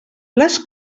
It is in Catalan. les